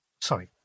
sorry